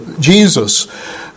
Jesus